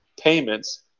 payments